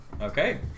Okay